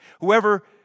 Whoever